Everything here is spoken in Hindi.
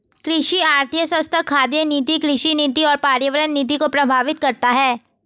कृषि अर्थशास्त्र खाद्य नीति, कृषि नीति और पर्यावरण नीति को प्रभावित करता है